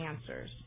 answers